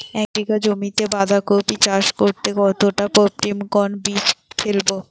এক বিঘা জমিতে বাধাকপি চাষ করতে কতটা পপ্রীমকন বীজ ফেলবো?